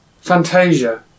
Fantasia